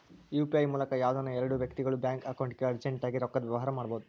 UPI ಮೂಲಕ ಯಾವ್ದನ ಎಲ್ಡು ವ್ಯಕ್ತಿಗುಳು ಬ್ಯಾಂಕ್ ಅಕೌಂಟ್ಗೆ ಅರ್ಜೆಂಟ್ ಆಗಿ ರೊಕ್ಕದ ವ್ಯವಹಾರ ಮಾಡ್ಬೋದು